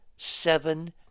seven